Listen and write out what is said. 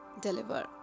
deliver